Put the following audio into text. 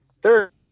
third